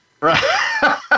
Right